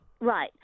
right